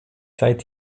seit